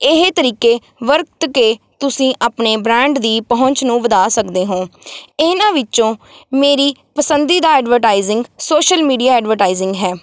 ਇਹ ਤਰੀਕੇ ਵਰਤ ਕੇ ਤੁਸੀਂ ਆਪਣੇ ਬ੍ਰੈਂਡ ਦੀ ਪਹੁੰਚ ਨੂੰ ਵਧਾ ਸਕਦੇ ਹੋਂ ਇਨ੍ਹਾਂ ਵਿੱਚੋਂ ਮੇਰੀ ਪਸੰਦੀਦਾ ਐਡਵਰਟਾਈਜ਼ਿੰਗ ਸੋਸ਼ਲ ਮੀਡੀਆ ਐਡਵਰਟਾਈਜ਼ਿੰਗ ਹੈ